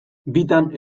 bitan